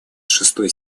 шестой